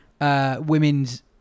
Women's